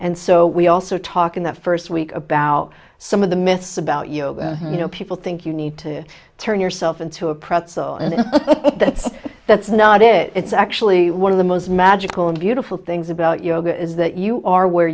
and so we also talk in the first week about some of the myths about yoga you know people think you need to turn yourself into a pretzel and if that's not it it's actually one of the most magical and beautiful things about yoga is that you are where